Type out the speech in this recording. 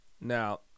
Now